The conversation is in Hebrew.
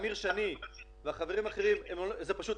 יזרקו אותן לפח כי חייבו אותם על פי חוק להביא תרופות.